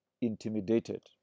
Intimidated